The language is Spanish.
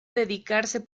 dedicarse